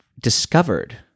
discovered